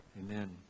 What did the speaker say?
Amen